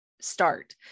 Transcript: start